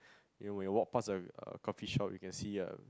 you when you walk passed a a coffee shop you can see a